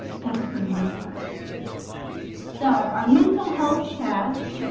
that's what we're here for so our mental health chat